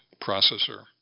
processor